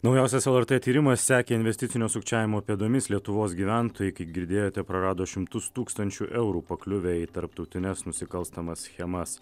naujausias lrt tyrimas sekė investicinio sukčiavimo pėdomis lietuvos gyventojai kaip girdėjote prarado šimtus tūkstančių eurų pakliuvę į tarptautines nusikalstamas schemas